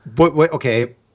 Okay